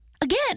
Again